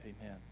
amen